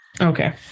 Okay